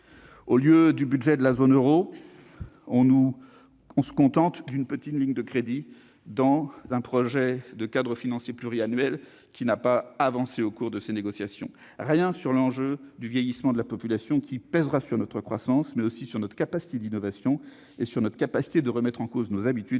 Au lieu d'un budget de la zone euro, on se contente d'une petite ligne de crédit dans un projet de cadre financier pluriannuel, qui n'a pas avancé au cours des négociations. Rien sur l'enjeu du vieillissement de la population, qui pèsera sur notre croissance, mais aussi sur notre capacité d'innovation et sur notre capacité de remettre en cause nos habitudes